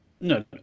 No